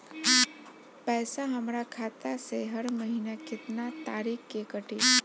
पैसा हमरा खाता से हर महीना केतना तारीक के कटी?